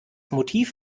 motiv